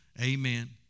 Amen